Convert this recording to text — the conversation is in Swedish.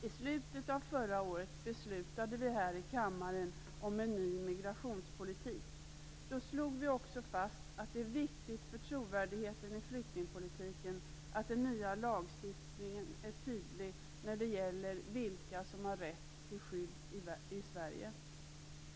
I slutet av förra året beslutade vi här i kammaren om en ny migrationspolitik. Då slog vi också fast att det är viktigt för trovärdigheten i flyktingpolitiken att den nya lagstiftningen är tydlig när det gäller vilka som har rätt till skydd i Sverige.